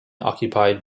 occupied